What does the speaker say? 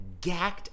gacked